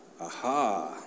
Aha